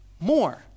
more